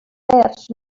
verds